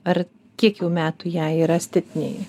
ar kiek jau metų ja yra stipniai